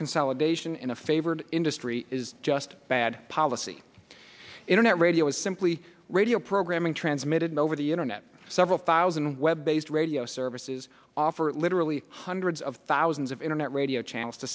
consolidation in a favored industry is just bad policy internet radio is simply radio programming transmitted over the internet several thousand web based radio services offer literally hundreds of thousands of internet radio channels to